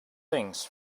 things